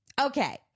okay